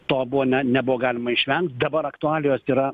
to buvo ne nebuvo galima išvengt dabar aktualijos yra